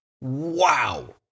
wow